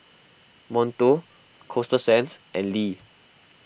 Monto Coasta Sands and Lee